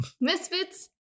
Misfits